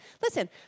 listen